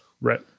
Right